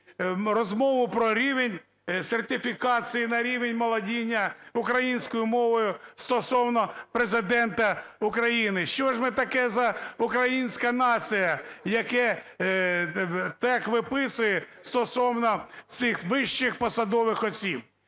розмову про рівень сертифікації на рівень володіння українською мовою стосовно Президента України? Що ж ми така за українська нація, яка так виписує стосовно цих вищих посадових осіб,